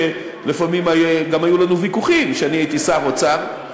ולפעמים גם היו לנו ויכוחים כשאני הייתי שר האוצר,